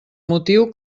motiu